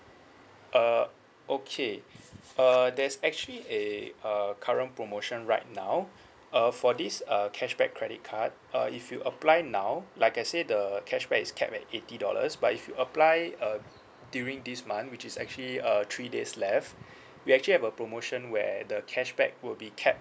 uh okay uh there's actually a uh current promotion right now uh for this uh cashback credit card uh if you apply now like I say the cashback is capped at eighty dollars but if you apply uh during this month which is actually uh three days left we actually have a promotion where the cashback would be cap